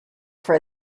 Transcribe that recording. for